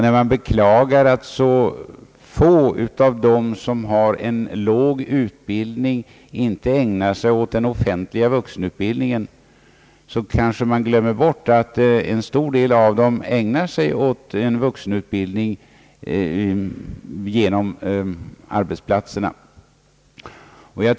När man beklagar att så få av dem som har en låg utbildning inte ägnar sig åt den offentliga vuxenutbildningen, kanske man glömmer bort att en stor del av dem ägnar sig åt vuxenutbildning på arbetsplatserna.